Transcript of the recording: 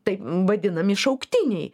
taip vadinami šauktiniai